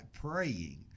praying